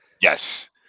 yes